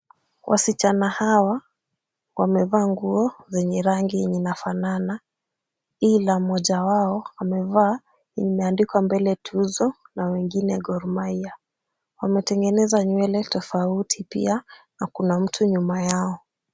Wasichana hawa wamevaa nguo zenye rangi yenye inafanana, ila mmoja wao amevaa yenye imeandikwa mbele tuzo na wengine Gor Mahia. Wametengeneza nywele tofauti pia na kuna mtu nyuma yao.